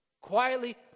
quietly